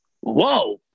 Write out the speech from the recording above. whoa